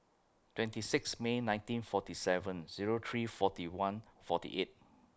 twenty six May nineteen forty seven Zero three forty one forty eight